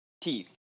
teeth